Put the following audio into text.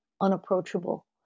unapproachable